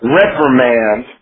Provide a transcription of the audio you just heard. reprimand